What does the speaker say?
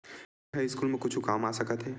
ऋण ह स्कूल मा कुछु काम आ सकत हे?